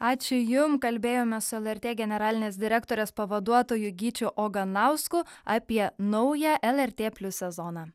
ačiū jum kalbėjomės su lrt generalinės direktorės pavaduotoju gyčiu oganausku apie naują lrt plius sezoną